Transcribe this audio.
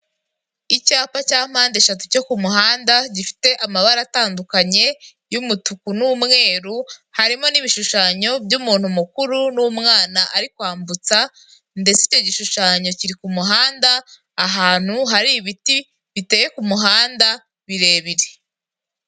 Icyapa cya mpande eshatu cyo ku ku muhanda, gifite amabara atandukanye y'umutuku n'umweru, harimo n'ibishushanyo by'umuntu mukuru n'umwana ari kwambutsa, ndetse icyo gishushanyo kiri ku muhanda ahantu hari ibiti biteye ku muhanda birebire.